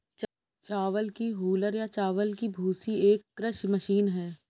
चावल की हूलर या चावल की भूसी एक कृषि मशीन है